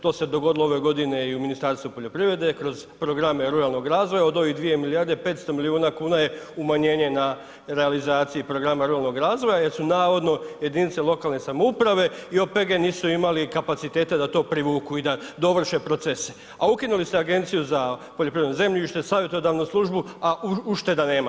To se dogodilo ove godine i u Ministarstvu poljoprivrede kroz programe ruralnog razvoja, od ovih 2 milijarde 500 milijuna kuna je umanjenje na realizaciji programa ruralnog razvoja jer su navodno jedinice lokalne samouprave i OPG nisu imali kapaciteta da to privuku i da dovrše procese, a ukinuli ste Agenciju za poljoprivredno zemljište, savjetodavnu službu, a ušteda nema.